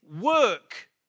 work